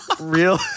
real